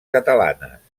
catalanes